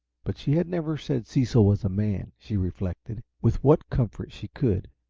but she had never said cecil was a man, she reflected, with what comfort she could.